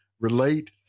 relate